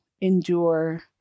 endure